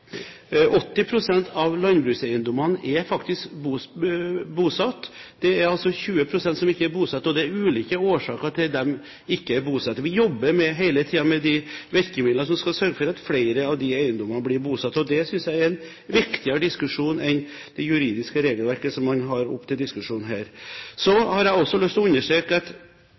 av landbrukseiendommene er faktisk bosatt. Det er altså 20 pst. som ikke er bosatt, og det er ulike årsaker til at de ikke er bosatt. Vi jobber hele tiden med de virkemidlene som skal sørge for at flere av de eiendommene blir bosatt. Det synes jeg er en viktigere diskusjon enn det juridiske regelverket som man har oppe til diskusjon her. Så har jeg også lyst til å understreke at